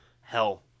Hell